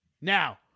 now